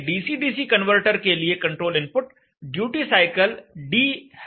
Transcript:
एक DC DC converter के लिए control input duty cycle D है